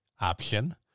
option